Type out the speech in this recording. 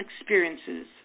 experiences